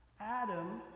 Adam